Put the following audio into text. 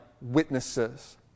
witnesses